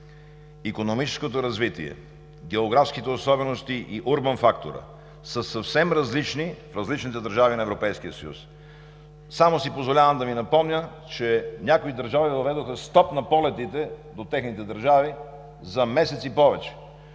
икономическото развитие, географските особености и урбан факторът са съвсем различни в различните държави на Европейския съюз. Само си позволявам да Ви напомня, че някои държави въведоха стоп на полетите до техните държави за месец и повече.